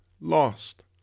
lost